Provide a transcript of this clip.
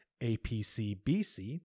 APC-BC